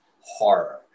horror